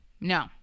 No